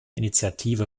initiative